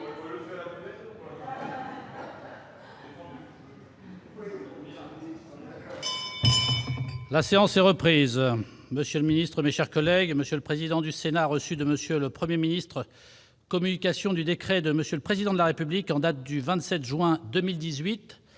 La séance est reprise. Monsieur le ministre, mes chers collègues, M. le président du Sénat a reçu de M. le Premier ministre communication du décret de M. le Président de la République en date du 27 juin 2018